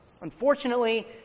Unfortunately